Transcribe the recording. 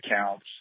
accounts